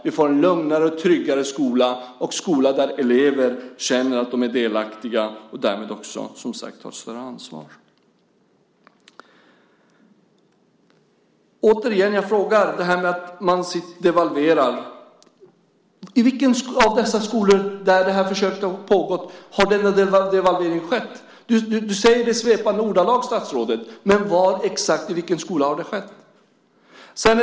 Vi får en lugnare och tryggare skola, en skola där elever känner att de är delaktiga och därmed också, som sagt var, tar större ansvar. Jag frågar återigen om det här med att man devalverar. I vilken av dessa skolor där det här försöket har pågått har denna devalvering skett? Du säger det i svepande ordalag, statsrådet, men var, exakt i vilken skola, har det här skett?